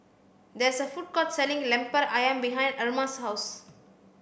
there is a food court selling Lemper Ayam behind Erasmus' house